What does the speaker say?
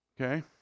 Okay